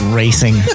racing